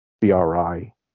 BRI